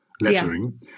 lettering